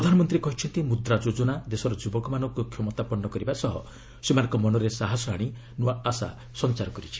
ପ୍ରଧାନମନ୍ତୀ କହିଛନ୍ତି ମୁଦ୍ରା ଯୋଜନା ଦେଶର ଯୁବକମାନଙ୍କୁ କ୍ଷମତାପନ୍ନ କରିବା ସହ ସେମାନଙ୍କ ମନରେ ସାହସ ଆଣି ନ୍ତ୍ରଆ ଆଶା ସଞ୍ଚାର କରିଛି